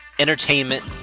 entertainment